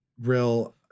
real